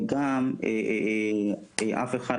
לא יכולתי באופן שיגרתי וגם אשתי וכל המשפחה